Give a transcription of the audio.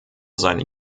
seine